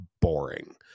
boring